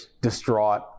distraught